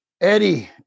eddie